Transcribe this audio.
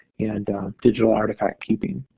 and digital artifact keeping.